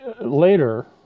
later